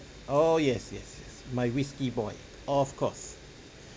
oh yes yes yes my whiskey boy of course